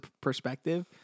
perspective